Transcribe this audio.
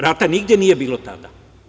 Rata nigde nije bilo tada.